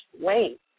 wait